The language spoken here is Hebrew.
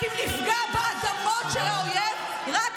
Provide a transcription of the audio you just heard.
רק אם נפגע באדמות של האויב, תודה רבה.